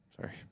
Sorry